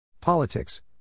Politics